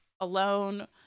alone